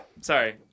Sorry